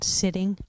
sitting